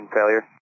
failure